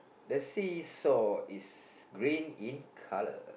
the see saw is green in colour